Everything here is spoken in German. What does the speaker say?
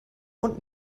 und